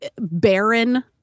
barren